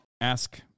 ask